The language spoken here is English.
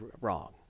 wrong